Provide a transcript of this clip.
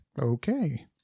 okay